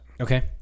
Okay